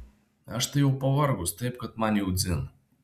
aš tai jau pavargus taip kad man jau dzin